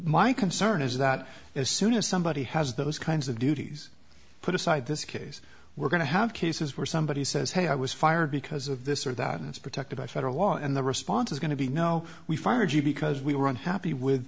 my concern is that as soon as somebody has those kinds of duties put aside this case we're going to have cases where somebody says hey i was fired because of this or that it's protected by federal law and the response is going to be no we fired you because we were unhappy with